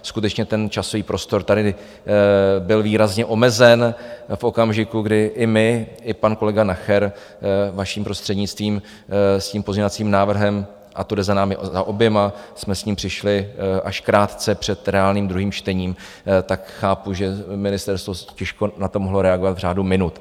Skutečně ten časový prostor tady byl výrazně omezen v okamžiku, kdy i my i pan kolega Nacher, vaším prostřednictvím, s tím pozměňovacím návrhem, a to jde za námi za oběma, jsme s ním přišli až krátce před reálným druhým čtením, tak chápu, že ministerstvo těžko na to mohlo reagovat v řádu minut.